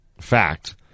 fact